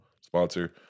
sponsor